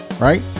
right